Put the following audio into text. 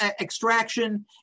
extraction